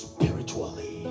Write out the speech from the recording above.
Spiritually